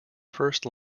first